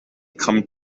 come